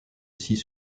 six